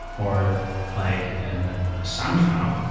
or like a sound file,